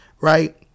right